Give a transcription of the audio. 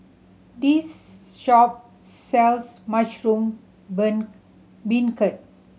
this shop sells mushroom beancurd